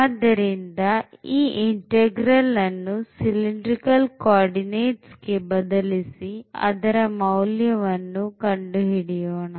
ಆದ್ದರಿಂದ ಈ ಇಂಟೆಗ್ರಾಲ್ ಅನ್ನು cylindrical co ordinates ಗೆ ಬದಲಿಸಿ ಅದರ ಮೌಲ್ಯವನ್ನು ಕಂಡುಹಿಡಿಯೋಣ